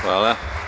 Hvala.